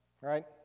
right